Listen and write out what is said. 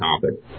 topic